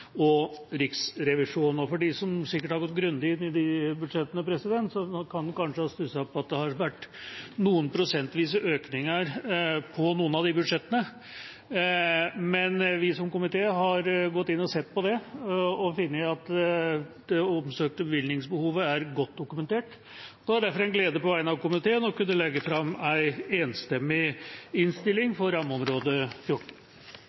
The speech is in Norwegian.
og Riksrevisjonen. De som har gått grundig inn i de budsjettene, kan kanskje ha stusset over at det har vært noen prosentvise økninger på noen av budsjettene. Komiteen har gått inn og sett på det og funnet at det omsøkte bevilgningsbehovet er godt dokumentet. Det er derfor en glede på vegne av komiteen å kunne legge fram en enstemmig innstilling for rammeområde 14.